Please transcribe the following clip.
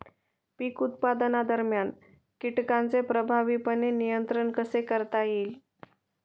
पीक उत्पादनादरम्यान कीटकांचे प्रभावीपणे नियंत्रण कसे करता येईल?